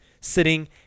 sitting